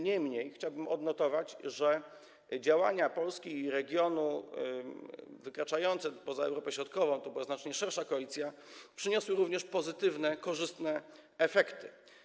Niemniej chciałbym odnotować, że działania Polski i regionu - wykraczające poza Europę Środkową, to była znacznie szersza koalicja - przyniosły również pozytywne, korzystne efekty.